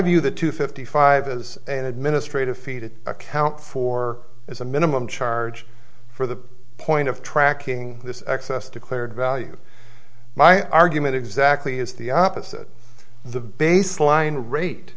view the to fifty five as an administrative fee to account for as a minimum charge for the point of tracking this excess declared value my argument exactly is the opposite the baseline